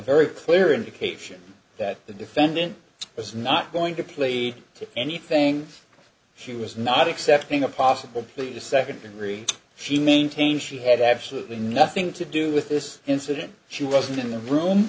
very clear indication that the defendant is not going to plea to anything he was not accepting a possible plea to second degree she maintains she had absolutely nothing to do with this incident she wasn't in the room